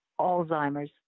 Alzheimer's